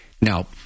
now